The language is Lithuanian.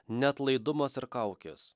neatlaidumas ir kaukės